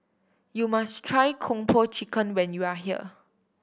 you must try Kung Po Chicken when you are here